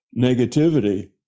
negativity